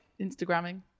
Instagramming